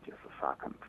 tiesą sakant